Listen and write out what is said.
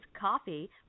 coffee